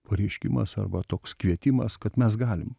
pareiškimas arba toks kvietimas kad mes galim